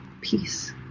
peace